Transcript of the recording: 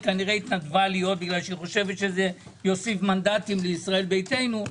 היא כנראה התנדבה להיות כי חושבת שזה יוסיף מנדטים לישראל ביתנו.